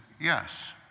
yes